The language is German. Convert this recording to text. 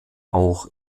auch